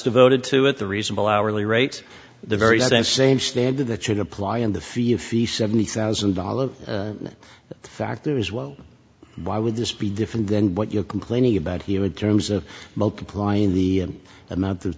devoted to it the reasonable hourly rate the very same same standard that should apply in the field fee seventy thousand dollars factor is well why would this be different than what you're complaining about he would terms of multiplying the amount of